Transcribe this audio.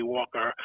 Walker